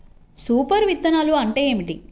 Super విత్తనాలు అంటే ఏమిటి?